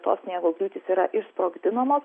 tos sniego griūtys yra išsprogdinamos